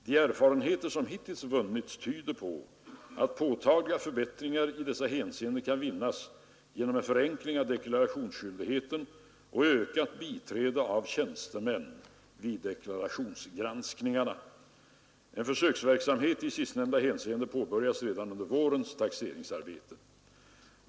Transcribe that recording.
De erfarenheter som hittills vunnits tyder på att påtagliga förbättringar i dessa hänseenden kan vinnas genom förenkling av deklarationsskyldigheten och ökat biträde av tjänstemän vid deklarationsgranskningen. En försöksverksamhet i sist nämnda hänseende påbörjas redan under vårens taxeringsarbete.